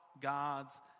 God's